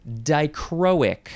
dichroic